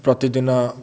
ପ୍ରତିଦିନ